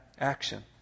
action